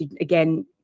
again